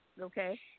Okay